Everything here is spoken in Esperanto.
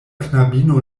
knabino